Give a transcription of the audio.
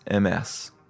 MS